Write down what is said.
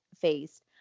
faced